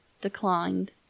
declined